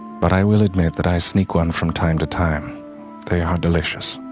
but i will admit that i sneak one from time to time they are delicious,